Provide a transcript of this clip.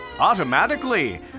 automatically